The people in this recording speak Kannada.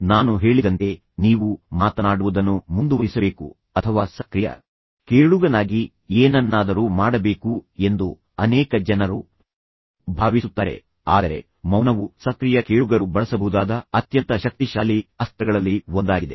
ನಾನು ಹೇಳಿದಂತೆ ನೀವು ಮಾತನಾಡುವುದನ್ನು ಮುಂದುವರಿಸಬೇಕು ಅಥವಾ ಸಕ್ರಿಯ ಕೇಳುಗನಾಗಿ ಏನನ್ನಾದರೂ ಮಾಡಬೇಕು ಎಂದು ಅನೇಕ ಜನರು ಭಾವಿಸುತ್ತಾರೆ ಆದರೆ ಮೌನವು ಸಕ್ರಿಯ ಕೇಳುಗರು ಬಳಸಬಹುದಾದ ಅತ್ಯಂತ ಶಕ್ತಿಶಾಲಿ ಅಸ್ತ್ರಗಳಲ್ಲಿ ಒಂದಾಗಿದೆ